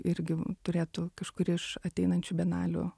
irgi turėtų kažkuri iš ateinančių bienlaių